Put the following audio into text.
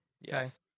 Yes